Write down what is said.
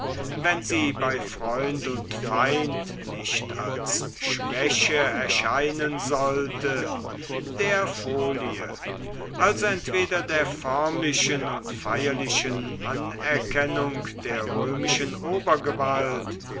wenn sie bei freund und feind nicht als schwäche erscheinen sollte der folie also entweder der förmlichen und feierlichen anerkennung der römischen obergewalt